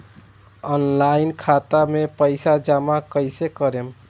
Online खाता मे पईसा जमा कइसे करेम?